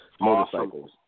motorcycles